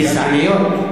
גזעניות?